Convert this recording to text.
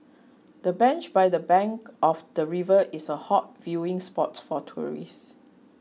the bench by the bank of the river is a hot viewing spot for tourists